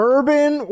Urban